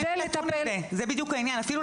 אין לנו